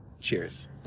Cheers